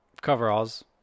coveralls